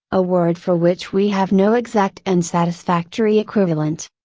a word for which we have no exact and satisfactory equivalent.